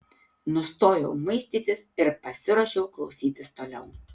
nustojau muistytis ir pasiruošiau klausytis toliau